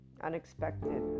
unexpected